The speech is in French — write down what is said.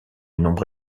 nombre